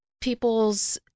people's